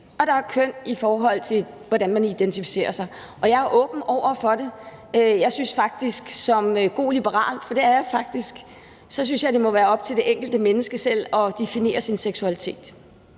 og der er køn, i forhold til hvordan man identificerer sig. Og jeg er åben over for det. Jeg synes faktisk som god liberal – for det er jeg faktisk – at det må være op til det enkelte menneske selv at definere sin seksualitet.